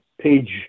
page